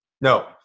No